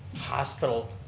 hospital